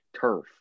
turf